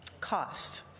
cost